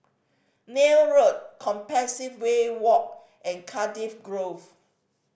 Neil Road Compassvale Walk and Cardiff Grove